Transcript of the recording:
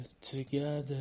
together